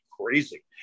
crazy